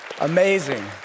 amazing